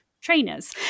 trainers